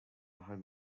home